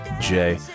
Jay